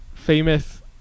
famous